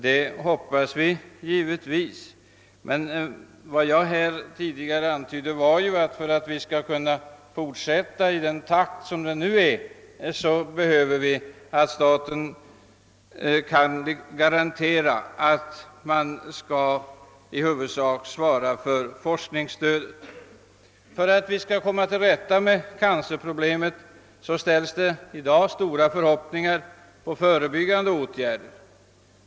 Det hoppas vi givetvis också, men vad jag tidigare antydde var ju att för att vi skall kunna fortsätta i nuvarande takt fordras att staten kan garantera att den i huvudsak svarar för forskningsstödet. Vid försöken att komma till rätta med cancerproblemet ställs det i dag stora förhoppningar på förebyggande åtgärder.